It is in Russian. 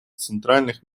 центральных